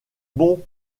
bon